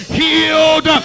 healed